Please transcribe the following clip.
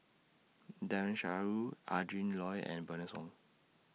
Daren Shiau Adrin Loi and Bernice Wong